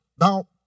Now